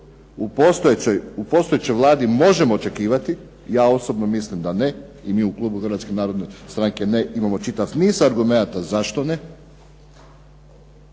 u postojećoj Vladi možemo očekivati. Ja osobno mislim da ne i mi u klubu Hrvatske narodne stranke imamo čitav niz argumenata zašto ne